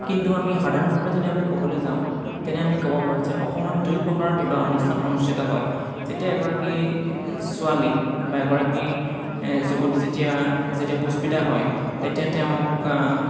কিন্তু আমি সাধাৰণভাৱে যদি আমি ক'বলৈ যাওঁ তেনে আমি ক'ব পাৰোঁ যে অসমত আমি দুই প্ৰকাৰ বিবাহ অনুষ্ঠান অনুষ্ঠিত হয় যেতিয়া এগৰাকী ছোৱালী বা এগৰাকী ছোৱালী বা এগৰাকী যুৱতী যেতিয়া যেতিয়া পুস্পিতা হয় তেতিয়া তেওঁক